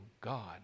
God